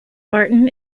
barton